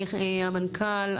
המנכ"ל,